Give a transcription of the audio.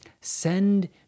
send